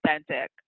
authentic